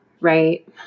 Right